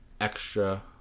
extra